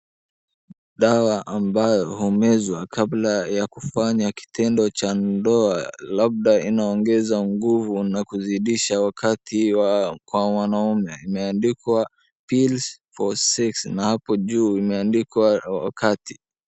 Dawa ambayo humezwa kabla ya kufanya kitendo cha ndoa labda inaongeza nguvu na kuzidisha wakati kwa mwanaume. Imeandikwa pills for sex na hapo juu imeandikwa wakati.